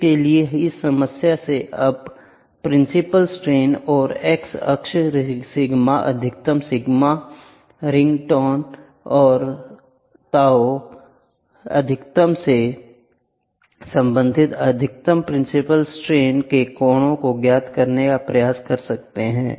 इसके लिए इस समस्या से आप प्रिंसिपल्स स्ट्रेन और X अक्ष सिग्मा अधिकतम सिग्मा रिंगटोन और ताऊ अधिकतम से संबंधित अधिकतम प्रिंसिपल्स स्ट्रेन के कोण को ज्ञात करने का प्रयास कर सकते हैं